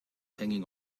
hanging